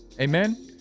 Amen